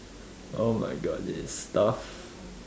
oh my god this is tough